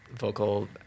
vocal